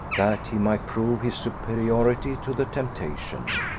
that he might prove his superiority to the temptation.